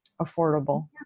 affordable